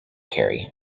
carry